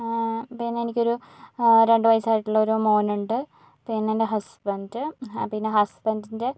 പിന്നെ എനിക്കൊരു രണ്ട് വയസ്സായിട്ടുള്ള ഒരു മോനുണ്ട് പിന്നെ എൻറെ ഹസ്ബൻഡ് പിന്നെ ഹസ്ബൻഡിൻ്റെ